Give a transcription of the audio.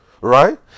right